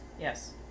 Yes